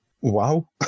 wow